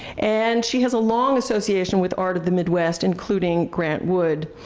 and she has a long association with art of the midwest, including grant wood.